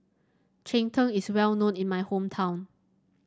Cheng Tng is well known in my hometown